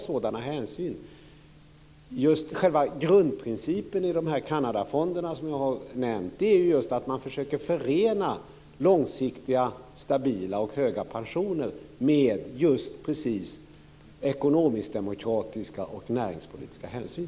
Själva grundprincipen i de Kanadafonder jag har nämnt är att man försöker förena långsiktiga stabila och höga pensioner med just ekonomisk-demokratiska och näringspolitiska hänsyn.